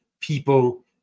people